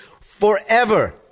forever